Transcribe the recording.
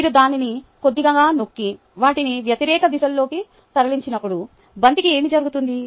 మీరు దానిని కొద్దిగా నొక్కి వాటిని వ్యతిరేక దిశల్లోకి తరలించినప్పుడు బంతికి ఏమి జరుగుతుంది